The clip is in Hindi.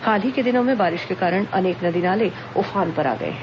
हाल के दिनों में हुई बारिश के कारण अनेक नदी नाले उफान पर आ गए हैं